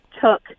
took